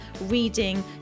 reading